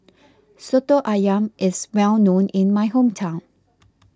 Soto Ayam is well known in my hometown